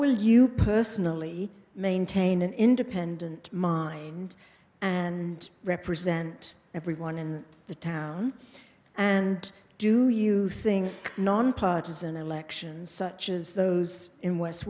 will you personally maintain an independent mind and represent everyone in the town and do you thing nonpartisan elections such as those in west